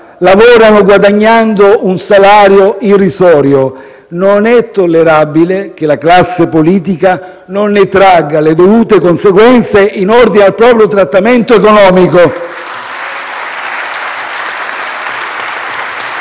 lavorano guadagnando un salario irrisorio, non è tollerabile che la classe politica non ne tragga le dovute conseguenze in ordine al proprio trattamento economico.